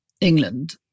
England